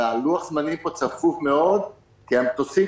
לוח הזמנים פה צפוף מאוד כי המטוסים,